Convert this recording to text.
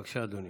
בבקשה, אדוני.